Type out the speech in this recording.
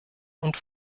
und